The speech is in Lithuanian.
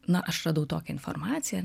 na aš radau tokią informaciją